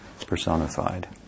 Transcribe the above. personified